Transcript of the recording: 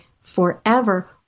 forever